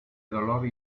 dolor